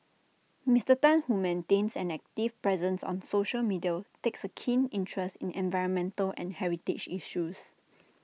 Mister Tan who maintains an active presence on social media takes A keen interest in environmental and heritage issues